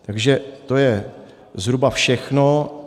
Takže to je zhruba všechno.